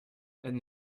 and